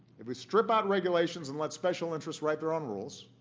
if we strip out regulations and let special interests write their own rules,